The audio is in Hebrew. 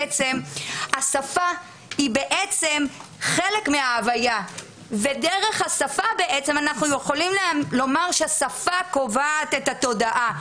השפה היא בעצם חלק מההוויה ואנחנו יכולים לומר שהשפה קובעת את התודעה,